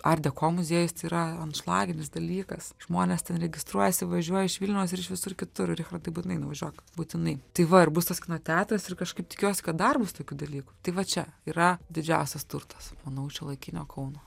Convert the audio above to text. art deko muziejus tai yra antšlaginis dalykas žmonės registruojasi važiuoja iš vilniaus ir iš visur kitur richardai būtinai nuvažiuok būtinai tai va ir bus tas kino teatras ir kažkaip tikiuosi kad dar bus tokių dalykų tai va čia yra didžiausias turtas manau šiuolaikinio kauno